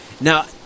Now